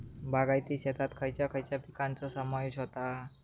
बागायती शेतात खयच्या खयच्या पिकांचो समावेश होता?